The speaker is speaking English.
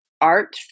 art